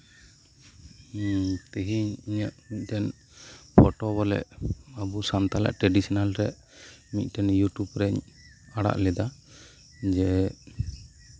ᱤᱧ ᱛᱮᱦᱮᱧ ᱤᱧᱟᱹᱜ ᱢᱤᱫᱴᱮᱱ ᱯᱷᱳᱴᱳ ᱵᱚᱞᱮ ᱟᱵᱚ ᱥᱟᱱᱛᱟᱲᱟᱜ ᱴᱮᱰᱤᱥᱚᱱᱟᱞ ᱨᱮ ᱢᱤᱫᱴᱮᱱ ᱭᱩᱴᱩᱵ ᱨᱮᱧ ᱟᱲᱟᱜ ᱞᱮᱫᱟ ᱡᱮ